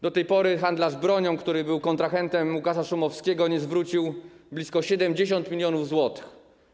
Do tej pory handlarz bronią, który był kontrahentem Łukasza Szumowskiego, nie zwrócił blisko 70 mln zł.